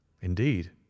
Indeed